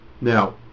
Now